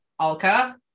Alka